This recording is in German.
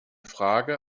frage